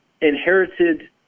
inherited